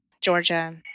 Georgia